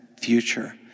future